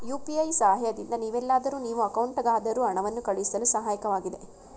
UPI ಸಹಾಯದಿಂದ ನೀವೆಲ್ಲಾದರೂ ನೀವು ಅಕೌಂಟ್ಗಾದರೂ ಹಣವನ್ನು ಕಳುಹಿಸಳು ಸಹಾಯಕವಾಗಿದೆ